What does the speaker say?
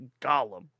Gollum